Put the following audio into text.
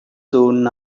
soon